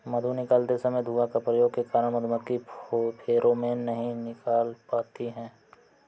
मधु निकालते समय धुआं का प्रयोग के कारण मधुमक्खी फेरोमोन नहीं निकाल पाती हैं